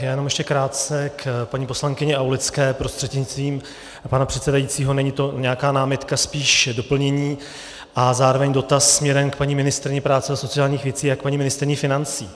Jenom ještě krátce k paní poslankyni Aulické prostřednictvím pana předsedajícího, není to nějaká námitka, spíš doplnění a zároveň dotaz směrem k paní ministryni práce a sociálních věcí a k paní ministryni financí.